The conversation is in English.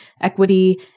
equity